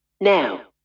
Now